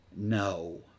No